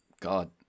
God